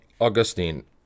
Augustine